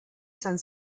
san